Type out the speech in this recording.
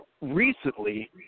recently